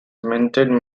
minted